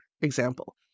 example